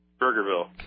Burgerville